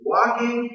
Walking